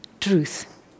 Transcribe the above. truth